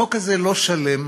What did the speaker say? החוק הזה לא שלם,